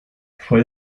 fue